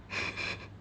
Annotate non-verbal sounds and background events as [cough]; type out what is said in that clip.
[laughs]